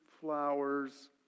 flowers